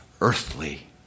earthly